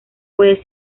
puede